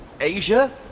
Asia